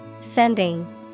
Sending